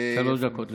שלוש דקות לרשותך.